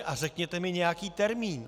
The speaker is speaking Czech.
A řekněte mi nějaký termín.